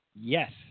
Yes